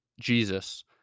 Jesus